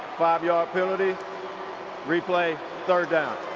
five-yard penalty, replay third down.